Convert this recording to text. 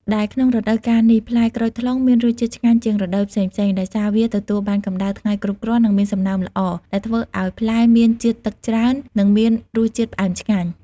ដែលក្នុងរដូវកាលនេះ ផ្លែក្រូចថ្លុងមានរសជាតិឆ្ងាញ់ជាងរដូវផ្សេងៗ ដោយសារវាទទួលបានកម្តៅថ្ងៃគ្រប់គ្រាន់ និងមានសំណើមល្អ ដែលធ្វើឱ្យផ្លែមានជាតិទឹកច្រើន និងមានរសជាតិផ្អែមឆ្ងាញ់។